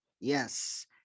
Yes